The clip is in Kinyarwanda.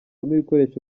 ibikoresho